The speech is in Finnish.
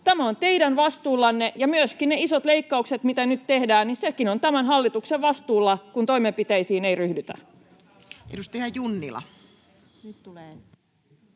Tämä on teidän vastuullanne, ja myöskin ne isot leikkaukset, mitä nyt tehdään, ovat tämän hallituksen vastuulla, kun toimenpiteisiin ei ryhdytä. Edustaja Junnila. Arvoisa